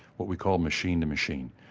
what we call machine-to-machine,